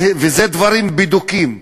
והם דברים בדוקים.